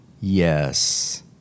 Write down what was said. yes